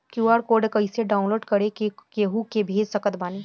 QR code कइसे download कर के केहु के भेज सकत बानी?